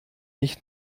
nicht